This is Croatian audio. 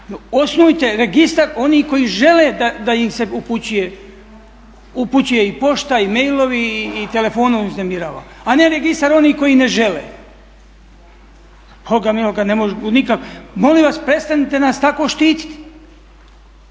Osnujte registar onih koji žele da im se upućuje i pošta i mailovi i telefonom uznemirava, a ne registar onih koji ne žele. Za boga miloga ne mogu nikako. Molim vas prestanite nas tako štititi.